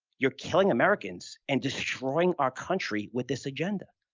you're killing americans and destroying our country with this agenda,